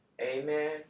Amen